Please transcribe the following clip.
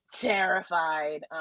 terrified